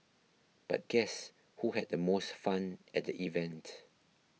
but guess who had the most fun at the event